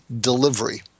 delivery